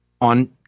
on